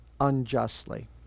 unjustly